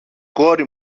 κόρη